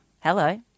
hello